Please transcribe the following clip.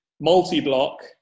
multi-block